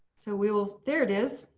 so we will. there it is.